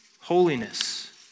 holiness